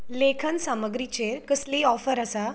लेखन साुमग्रीचेर कसलीय ऑफर आसा